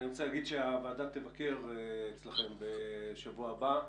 אני רוצה להגיד שהוועדה תבקר אצלכם בשבוע הבא.